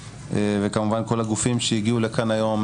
וכמובן כל הגופים שהגיעו לכאן היום,